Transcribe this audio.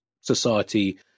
society